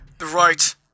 right